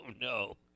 no